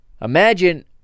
Imagine